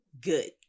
good